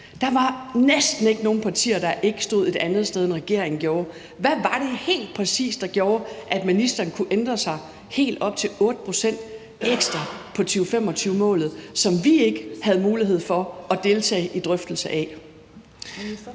Der var næsten ikke nogen partier, der ikke stod et andet sted, end regeringen gjorde. Hvad var det helt præcis, der gjorde, at ministeren kunne ændre helt op til 8 pct. ekstra på 2025-målet, som vi ikke havde mulighed for at deltage i en drøftelse af?